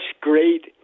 great